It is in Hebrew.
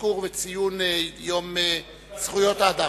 האזכור והציון של יום זכויות האדם.